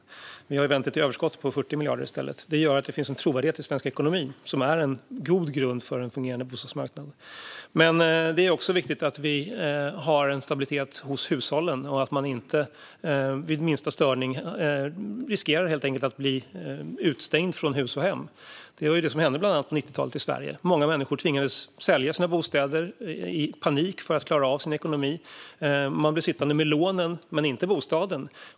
Vi har vänt detta till ett överskott på 40 miljarder, och det gör att det finns en trovärdighet i svensk ekonomi som är en god grund för en fungerande bostadsmarknad. Det är också viktigt att vi har en stabilitet hos hushållen och att människor inte vid minsta störning riskerar att bli utestängda från hus och hem. Det var bland annat detta som hände på 90-talet i Sverige. Många människor tvingades sälja sina bostäder i panik för att klara sin ekonomi och blev sittande med lånen, men inte med bostaden.